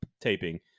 taping